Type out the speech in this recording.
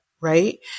right